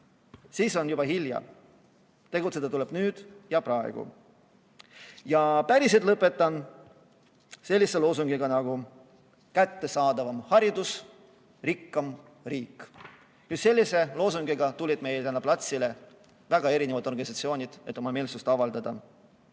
Siis on juba hilja. Tegutseda tuleb nüüd ja praegu. Ja päriselt lõpetan sellise loosungiga nagu "Kättesaadavam haridus, rikkam riik". Just sellise loosungiga tulid täna siia platsile väga erinevad organisatsioonid, et oma meelsust avaldada.